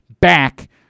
back